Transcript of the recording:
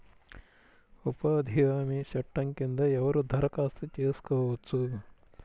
ఉపాధి హామీ చట్టం కింద ఎవరు దరఖాస్తు చేసుకోవచ్చు?